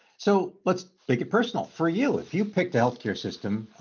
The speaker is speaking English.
so let's make it personal for you. if you pick the healthcare system,